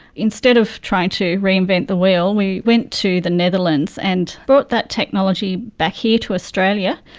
instead of trying to reinvent the wheel we went to the netherlands and brought that technology back here to australia,